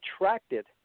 attracted